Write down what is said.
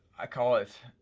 i call it,